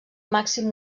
màxim